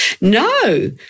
No